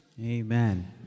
Amen